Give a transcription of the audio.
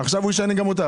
עכשיו הוא ישנה גם אותה.